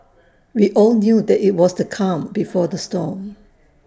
we all knew that IT was the calm before the storm